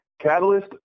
Catalyst